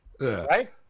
Right